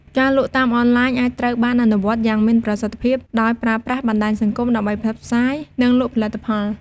ការលក់តាមអនឡាញអាចត្រូវបានអនុវត្តយ៉ាងមានប្រសិទ្ធភាព ដោយប្រើប្រាស់បណ្ដាញសង្គមដើម្បីផ្សព្វផ្សាយ និងលក់ផលិតផល។